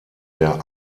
der